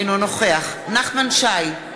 אינו נוכח נחמן שי,